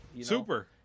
Super